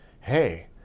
hey